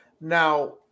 Now